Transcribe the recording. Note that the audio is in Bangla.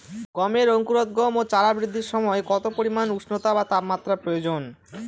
গমের অঙ্কুরোদগম ও চারা বৃদ্ধির সময় কত পরিমান উষ্ণতা বা তাপমাত্রা প্রয়োজন?